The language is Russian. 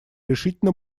решительно